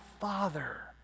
father